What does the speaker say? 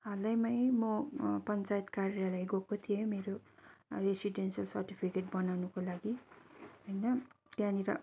हालैमा नै म पञ्चायत कार्यालय गएको थिएँ मेरो रेसिडेन्सियल सर्टिफिकेट बनाउनुको लागि होइन त्यहाँनिर